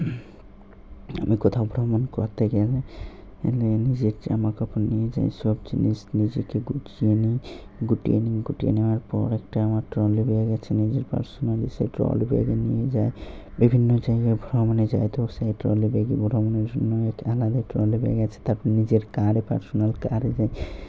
আমি কোথাও ভ্রমণ করতে গেলে এলে নিজের জামাাকাপড় নিয়ে যাই সব জিনিস নিজেকে গুটিয়ে নিই গুটিয়ে নিই গুটিয়ে নেওয়ার পর একটা আমার ট্রলি ব্যাগ আছে নিজের পার্সোনালি সেই ট্রলি ব্যাগে নিয়ে যায় বিভিন্ন জায়গায় ভ্রমণে যায় তো সেই ট্রলি ব্যাগে ভ্রমণের জন্য এক আলাদা ট্রলি ব্যাগ আছে তারপর নিজের কারে পার্সোনাল কারে